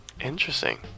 Interesting